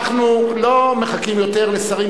אנחנו לא מחכים יותר לשרים,